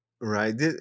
Right